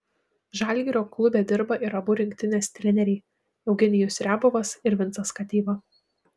žalgirio klube dirba ir abu rinktinės treneriai eugenijus riabovas ir vincas kateiva